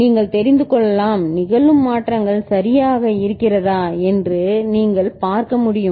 நீங்கள் தெரிந்து கொள்ளலாம் நிகழும் மாற்றங்கள் சரியாக இருக்கிறதா என்று நீங்கள் பார்க்க முடியும்